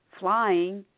flying